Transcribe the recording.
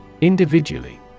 Individually